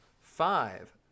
Five